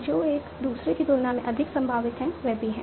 तो जो एक दूसरे की तुलना में अधिक संभावित है वह भी है